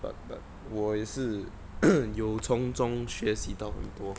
but but 我也是 有从中学习到很多